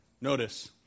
Notice